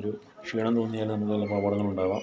ഒരു ക്ഷീണം തോന്നിയാൽ നമുക്ക് ചിലപ്പോൾ അപകടങ്ങളുണ്ടാവാം